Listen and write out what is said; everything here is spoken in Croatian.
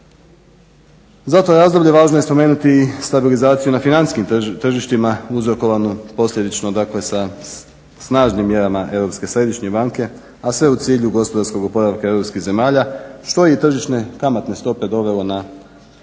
Za to razdoblje važno je spomenuti i stabilizaciju na financijskim tržištima uzrokovanu posljedično, dakle sa snažnim mjerama Europske središnje banke a sve u cilju gospodarskog oporavka europskih zemalja što je i tržišne kamatne stope dovelo na